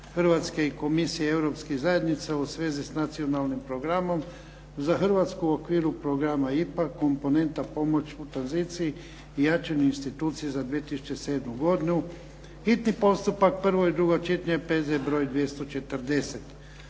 Hrvatske i Komisije Europskih zajednica u svezi s Nacionalnim programom za Hrvatsku u okviru programa IPA – komponenta pomoć u tranziciji i jačanju institucija za 2007. godinu, hitni postupak, prvo i drugo čitanje, P.Z. br. 240